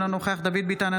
אינו נוכח דוד ביטן,